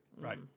Right